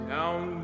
Down